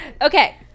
Okay